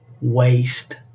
waste